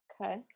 okay